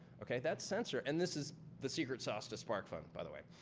okay? that sensor and this is the secret sauce to sparkfun, by the way.